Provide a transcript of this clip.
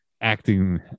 acting